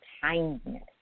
kindness